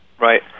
Right